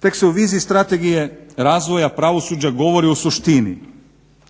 Tek se u viziji Strategije razvoja pravosuđa govori o suštini,